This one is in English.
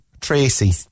Tracy